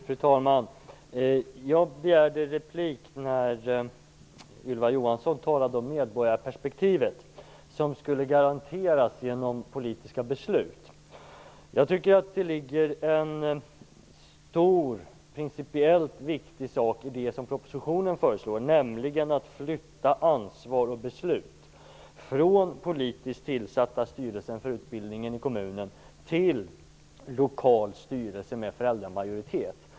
Fru talman! Jag begärde replik när Ylva Johansson talade om att medborgarperspektivet skulle garanteras genom politiska beslut. Jag tycker att det ligger en stor principiellt viktig sak i det som föreslås i propositionen, nämligen att flytta ansvar och beslut från politiskt tillsatta styrelser för utbildningen i kommunen till en lokal styrelse med föräldramajoritet.